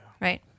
Right